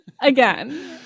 Again